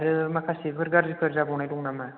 आरो माखासेफोर गाज्रिफोर जाबावनाय दङ नामा